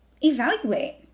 evaluate